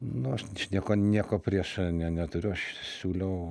nu aš nieko nieko prieš ne neturiu aš siūliau